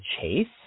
Chase